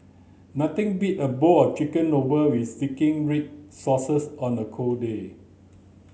nothing beat a bowl of chicken novel with zingy red sauces on a cold day